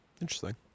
Interesting